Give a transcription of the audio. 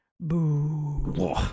boo